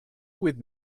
with